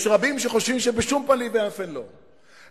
יש רבים שחושבים שבשום פנים ואופן לא,